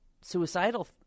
suicidal